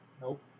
Nope